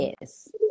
yes